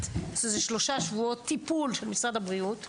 שזה שלושה שבועות טיפול של משרד הבריאות,